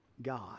God